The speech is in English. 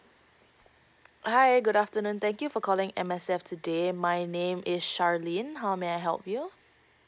hi good afternoon thank you for calling M_S_F today my name is charlene how may I help you